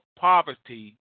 poverty